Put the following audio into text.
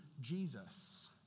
Jesus